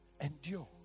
Endure